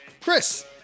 Chris